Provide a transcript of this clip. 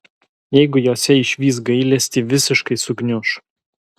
jeigu jose išvys gailestį visiškai sugniuš